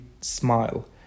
Smile